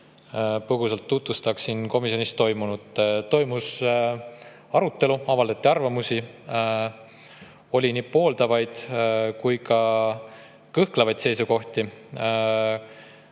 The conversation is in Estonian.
Põgusalt tutvustan komisjonis toimunut. Toimus arutelu, avaldati arvamusi, oli nii pooldavaid kui ka kõhklevaid seisukohti.